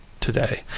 today